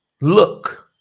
look